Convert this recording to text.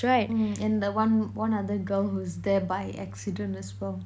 mm and the one one other girl who's there by accident as well